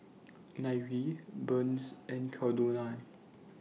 Nyree Burns and Caldonia